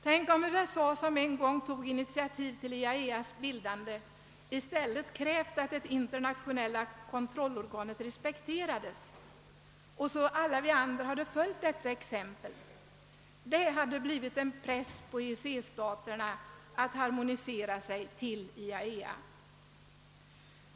Tänk om USA, som en gång tog initiativ till IAEA:s bildande, i stället hade krävt att det internationella kontrollorganet respekterades och alla vi andra följt detta exempel! Då hade det verkligen blivit en press på EEC-staterna att harmonisera sig till IAEA.